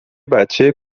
بچه